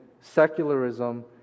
secularism